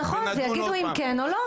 נכון, ויגידו אם כן או לא.